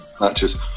Matches